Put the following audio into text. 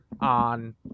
on